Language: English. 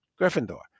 Gryffindor